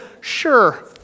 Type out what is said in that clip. Sure